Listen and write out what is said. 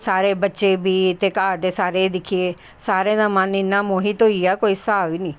सारे बच्चे बी ता स्रे घर दे दिक्खियै सारें दा मन इन्ना मोहित होइया कोई हिसाब गै नी